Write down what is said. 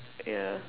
yeah